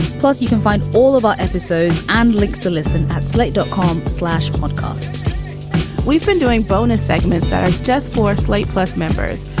plus, you can find all of our episodes and links to listen at slate dot com slash podcasts we've been doing bonus segments that are just for slate plus members.